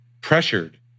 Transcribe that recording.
pressured